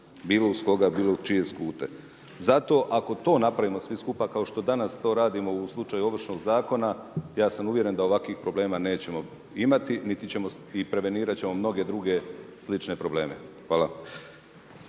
Bilo uz koga, bilo uz čije skute. Zato, ako to napravimo svi skupa kao što danas to radimo u slučaju ovršnog zakona, ja sam uvjeren da ovakvih problema nećemo imati, niti ćemo i prevenirati ćemo mnoge druge slične probleme. Hvala.